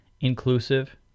inclusive